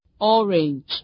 orange